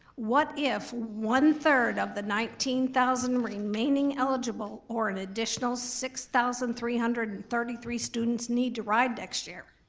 what if one three of the nineteen thousand remaining eligible or an additional six thousand three hundred and thirty three students need to ride next year?